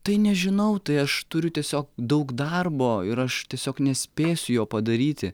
tai nežinau tai aš turiu tiesiog daug darbo ir aš tiesiog nespėsiu jo padaryti